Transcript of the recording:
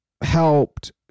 helped